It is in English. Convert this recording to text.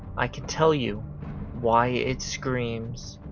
i can tell you why it screams.